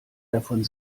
davon